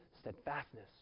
steadfastness